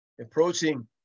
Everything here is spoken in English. approaching